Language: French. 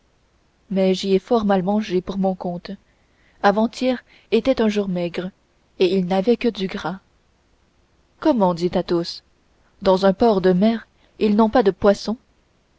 mais j'y ai fort mal mangé pour mon compte avant-hier était un jour maigre et ils n'avaient que du gras comment dit athos dans un port de mer ils n'ont pas de poisson